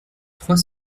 trois